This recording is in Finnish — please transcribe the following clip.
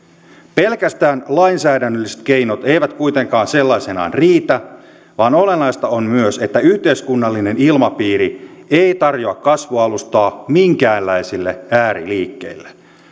pelkästään lainsäädännölliset keinot eivät kuitenkaan sellaisenaan riitä vaan olennaista on myös että yhteiskunnallinen ilmapiiri ei tarjoa kasvualustaa minkäänlaisille ääriliikkeille